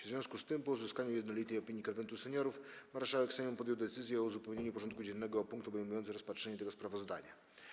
W związku z tym, po uzyskaniu jednolitej opinii Konwentu Seniorów, marszałek Sejmu podjął decyzję o uzupełnieniu porządku dziennego o punkt obejmujący rozpatrzenie tego sprawozdania.